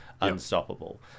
unstoppable